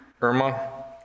irma